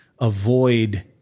avoid